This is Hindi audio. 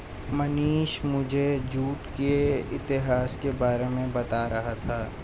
मनीष मुझे जूट के इतिहास के बारे में बता रहा था